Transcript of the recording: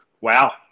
wow